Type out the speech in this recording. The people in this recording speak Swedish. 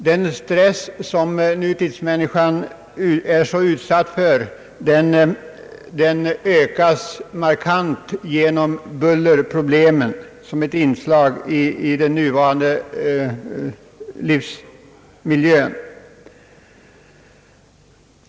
Den stress som nutidsmänniskan är så utsatt för ökas markant genom buller som ett inslag i livsmiljön.